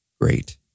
great